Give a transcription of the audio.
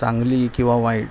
चांगली किंवा वाईट